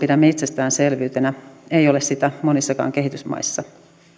pidämme itsestäänselvyytenä ei ole sitä monissakaan kehitysmaissa